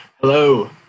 Hello